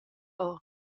ora